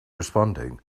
responding